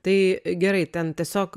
tai gerai ten tiesiog